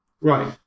Right